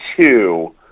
two